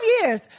years